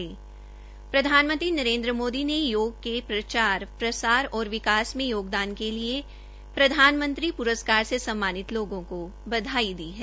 प्रधानमंत्री नरेन्द्र मोदी ने योग के प्रचार प्रसार और विकास में योगदान के लिए प्रधानमंत्री पुरस्कार से सम्मानित लोगों को बधाई दी है